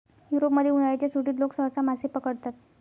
युरोपमध्ये, उन्हाळ्याच्या सुट्टीत लोक सहसा मासे पकडतात